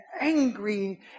angry